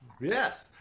Yes